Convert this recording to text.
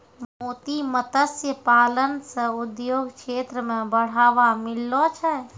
मोती मत्स्य पालन से उद्योग क्षेत्र मे बढ़ावा मिललो छै